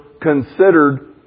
considered